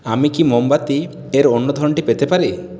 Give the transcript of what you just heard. আমি কি মোমবাতির অন্য ধরনটি পেতে পারি